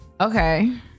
Okay